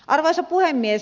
arvoisa puhemies